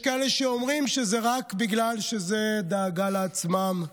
יש כאלה שאומרים שזה רק בגלל דאגה לעצמם,